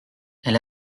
elle